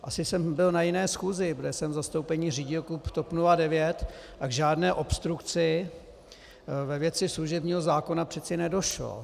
Asi jsem byl na jiné schůzi, protože jsem v zastoupení řídil klub TOP 09 a k žádné obstrukci ve věci služebního zákona přece nedošlo.